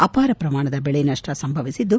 ಅಪಾರ ಶ್ರಮಾಣದ ದೆಳೆನಷ್ಟ ಸಂಭವಿಸಿದ್ದು